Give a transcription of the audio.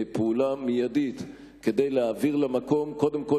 פעולה מיידית כדי להעביר למקום קודם כול